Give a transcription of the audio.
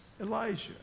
Elijah